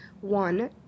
One